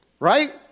Right